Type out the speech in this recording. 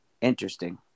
Interesting